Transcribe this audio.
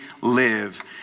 live